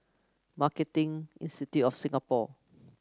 Marketing Institute of Singapore